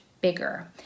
bigger